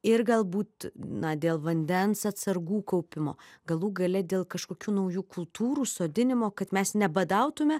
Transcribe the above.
ir galbūt na dėl vandens atsargų kaupimo galų gale dėl kažkokių naujų kultūrų sodinimo kad mes nebadautume